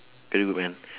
everyone